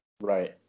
Right